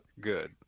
good